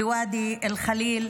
בוואדי אל-ח'ליל,